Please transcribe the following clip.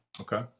Okay